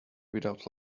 without